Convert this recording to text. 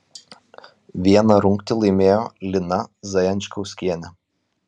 vieną rungtį laimėjo lina zajančkauskienė